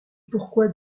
pourquoi